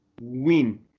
win